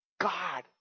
God